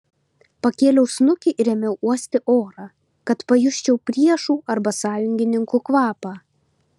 pakėliau snukį ir ėmiau uosti orą kad pajusčiau priešų arba sąjungininkų kvapą